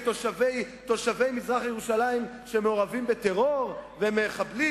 תושבי מזרח-ירושלים שמעורבים בטרור והם מחבלים,